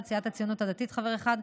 חבר אחד,